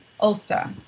Ulster